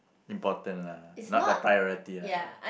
important lah not the priority lah